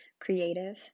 creative